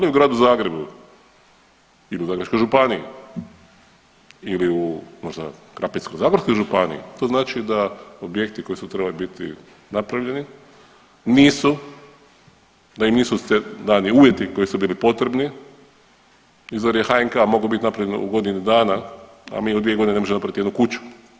Oni u gradu Zagrebu ili Zagrebačkoj županiji ili u možda Krapinsko-zagorskoj županiji to znači da objekti koji su trebali biti napravljeni nisu, da im nisu, da ni uvjeti koji su bili potrebni, i zar je HNK mogao biti napravljen u godinu dana, a mi u 2 godine ne možemo napraviti jednu kuću.